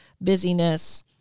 busyness